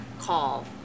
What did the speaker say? call